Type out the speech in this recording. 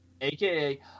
AKA